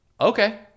okay